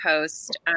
post